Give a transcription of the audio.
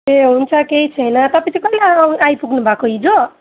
ए हुन्छ केही छैन तपाईँ चाहिँ कहिले आइपुग्नुभएको हिजो